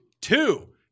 two